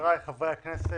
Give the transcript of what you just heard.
חבריי חברי הכנסת.